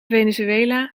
venezuela